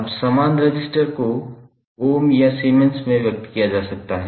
अब समान रजिस्टर को ओम या सीमेंस में व्यक्त किया जा सकता है